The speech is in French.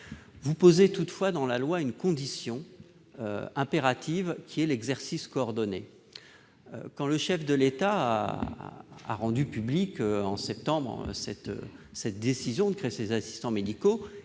Vous prévoyez toutefois dans la loi une condition impérative, à savoir l'exercice coordonné. Quand le chef de l'État a rendu public sa décision de créer des assistants médicaux